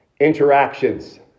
interactions